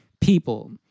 people